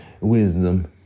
wisdom